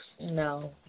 No